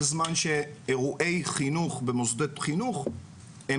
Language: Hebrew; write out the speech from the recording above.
בזמן שאירועי חינוך במוסדות חינוך הם